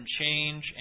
change